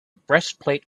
breastplate